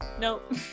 nope